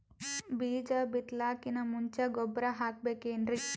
ಬೀಜ ಬಿತಲಾಕಿನ್ ಮುಂಚ ಗೊಬ್ಬರ ಹಾಕಬೇಕ್ ಏನ್ರೀ?